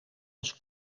als